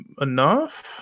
enough